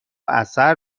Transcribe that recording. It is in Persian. اثر